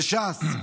ש"ס,